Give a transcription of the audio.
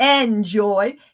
Enjoy